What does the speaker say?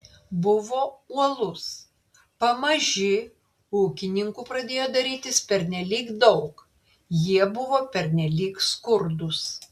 buvo uolus pamaži ūkininkų pradėjo darytis pernelyg daug jie buvo pernelyg skurdūs